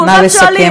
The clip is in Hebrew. כולכם שואלים.